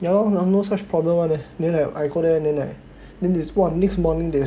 ya lor got no such problem [one] leh then I go there then I then there's !wah! next morning they